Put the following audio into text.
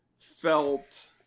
felt